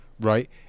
right